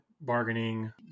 bargaining